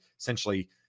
essentially